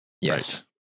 yes